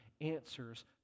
answers